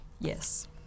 Yes